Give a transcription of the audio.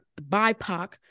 bipoc